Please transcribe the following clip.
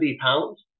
pounds